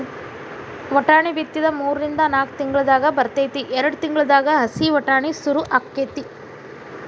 ವಟಾಣಿ ಬಿತ್ತಿದ ಮೂರಿಂದ ನಾಕ್ ತಿಂಗಳದಾಗ ಬರ್ತೈತಿ ಎರ್ಡ್ ತಿಂಗಳದಾಗ ಹಸಿ ವಟಾಣಿ ಸುರು ಅಕೈತಿ